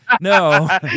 No